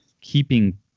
keeping